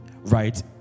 right